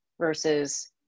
versus